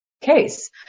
case